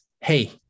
hey